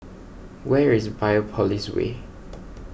where is Biopolis Way